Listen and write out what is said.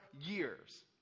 years